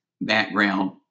background